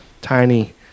tiny